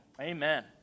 Amen